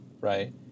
Right